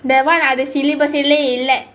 that [one] ah the syllabus யிலேயே இல்லை:ilaeyae illai